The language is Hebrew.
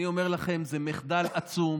אני אומר לכם, זה מחדל עצום.